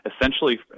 Essentially